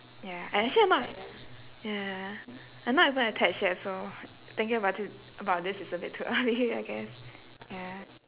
ya and actually I'm not ya I'm not even attached yet so thinking about it about this is a bit too early I guess yeah